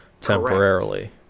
temporarily